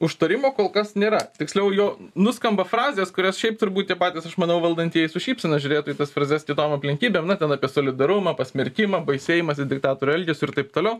užtarimo kol kas nėra tiksliau jo nuskamba frazės kurias šiaip turbūt tie patys aš manau valdantieji su šypsena žiūrėtų į tas frazes kitom aplinkybėm na ten apie solidarumą pasmerkimą baisėjimąsi diktatorių elgesiu ir taip toliau